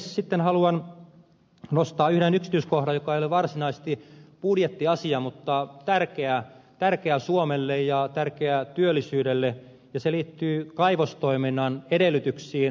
sitten haluan nostaa yhden yksityiskohdan joka ei ole varsinaisesti budjettiasia mutta on tärkeä suomelle ja tärkeä työllisyydelle ja se liittyy kaivostoiminnan edellytyksiin